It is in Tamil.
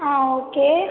ஆ ஓகே